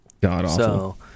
god-awful